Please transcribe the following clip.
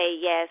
yes